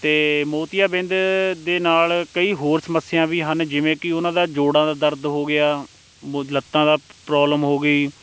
ਅਤੇ ਮੋਤੀਆਬਿੰਦ ਦੇ ਨਾਲ਼ ਕਈ ਹੋਰ ਸਮੱਸਿਆ ਵੀ ਹਨ ਜਿਵੇਂ ਕਿ ਉਹਨਾਂ ਦਾ ਜੋੜਾਂ ਦਾ ਦਰਦ ਹੋ ਗਿਆ ਮੋ ਲੱਤਾਂ ਦਾ ਪ੍ਰੋਬਲਮ ਹੋ ਗਈ